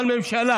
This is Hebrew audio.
אבל ממשלה